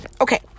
Okay